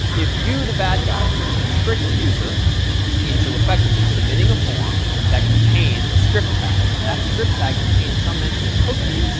if you, the bad guy, can trick a user into effectively submitting a form that contains a script tag and that script tag contains some mention of cookies,